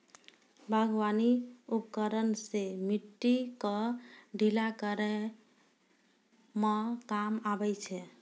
बागबानी उपकरन सें मिट्टी क ढीला करै म काम आबै छै